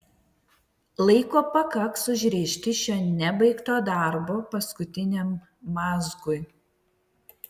laiko pakaks užrišti šio nebaigto darbo paskutiniam mazgui